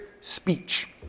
Speech